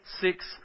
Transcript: six